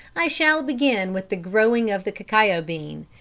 i shall begin with the growing of the cacao bean,